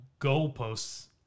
goalposts